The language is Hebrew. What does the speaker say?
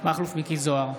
מכלוף מיקי זוהר,